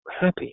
Happy